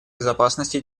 безопасности